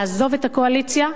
לעזוב את הקואליציה.